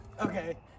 Okay